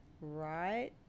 right